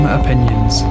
opinions